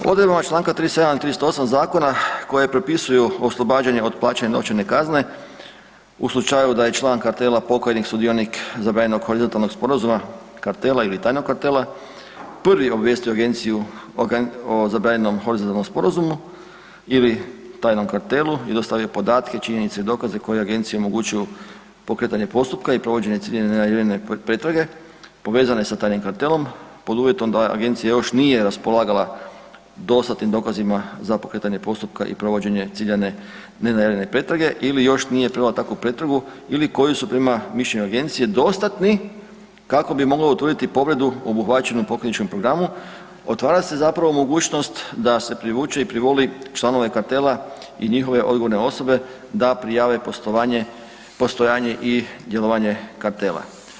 Odredbama članka 37. i 38. zakona koje propisuju oslobađanje od plaćanja novčane kazne u slučaju da je član kartela pokajnik, sudionik zabranjenog horizontalnog sporazuma kartela ili tajnog kartela prvi obavijestio agenciju o zabranjenom horizontalnom sporazumu ili tajnom kartelu i dostavio podatke, činjenice i dokaze koje Agenciji omogućuju pokretanje postupka i provođenje ciljane … [[ne razumije se]] pretrage povezane sa tajnim kartelom pod uvjetom da Agencija još nije raspolagala dostatnim dokazima za pokretanje postupka i provođenje ciljane nenajavljene pretrage ili još nije … [[ne razumije se]] takvu pretragu ili koji su prema mišljenju Agencije dostatni kako bi mogla utvrditi povredu obuhvaćenu pokajničkom programu, otvara se zapravo mogućnost da se privuče i privoli članove kartela i njihove odgovorne osobe da prijave postojanje i djelovanje kartela.